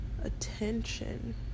attention